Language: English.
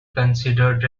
considered